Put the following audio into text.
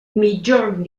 migjorn